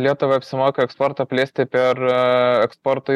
lietuvai apsimoka eksportą plėsti per eksportui